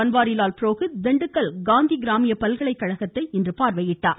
பன்வாரிலால் புரோஹித் திண்டுக்கல் காந்தி கிராமிய பல்கலைக்கழகத்தை இன்று பார்வையிட்டார்